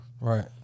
Right